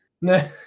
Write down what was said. No